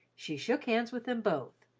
she shook hands with them both,